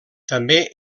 també